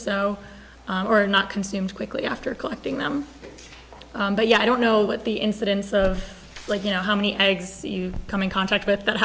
so or not consumed quickly after collecting them but yeah i don't know what the incidence of like you know how many eggs you come in contact with